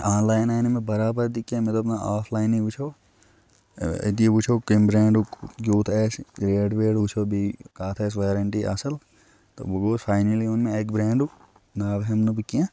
online آے نہٕ مےٚ بَرابردی کیٚنٛہہ مےٚ دوٚپ نہ آف لاینٕے وٕچھو أتی وٕچھو کَمہِ برٛینٛڈُک کیُتھ آسہِ ریڈ ویڈ وٕچھو بیٚیہِ کَتھ آسہِ ویرَنٹی اَصٕل تہٕ بہٕ گوس فاینٔلی ووٚن مےٚ اَکہِ برٛینٛڈُک ناو ہٮ۪مہٕ نہٕ بہٕ کیٚنٛہہ